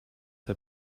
had